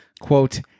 quote